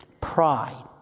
Pride